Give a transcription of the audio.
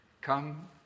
come